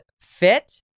fit